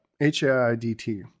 H-A-I-D-T